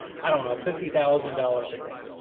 i don't know, fifty thousand dollars a day.